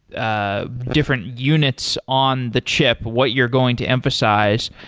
ah different units on the chip what you're going to emphasize.